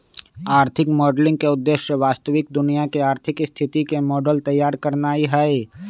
आर्थिक मॉडलिंग के उद्देश्य वास्तविक दुनिया के आर्थिक स्थिति के मॉडल तइयार करनाइ हइ